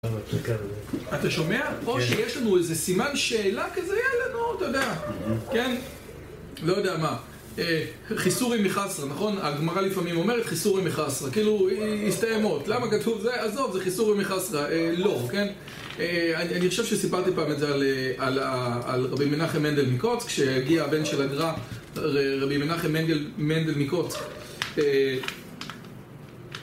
אתה שומע פה שיש לנו איזה סימן שאלה כזה יאללה נו אתה יודע לא יודע מה חיסורי מחסרה נכון הגמרה לפעמים אומרת חיסורי מחסרה כאילו הסתיימות למה כתוב זה עזוב זה חיסורי מחסרה לא כן אני חושב שסיפרתי פעם את זה על רבי מנחם מנדל מקוץ כשהגיע הבן של אגרה רבי מנחם מנדל מקוץ